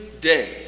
day